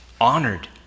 honored